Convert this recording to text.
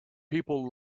people